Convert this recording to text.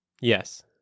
Yes